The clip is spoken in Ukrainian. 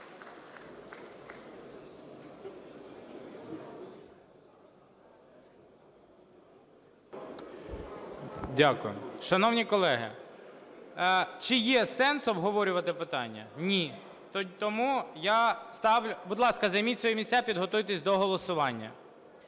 Дякую. Шановні колеги, чи є сенс обговорювати питання? Ні. Тому я ставлю… Будь ласка, займіть свої місця, підготуйтесь до голосування.